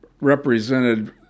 represented